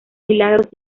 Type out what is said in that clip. milagros